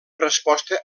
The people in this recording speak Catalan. resposta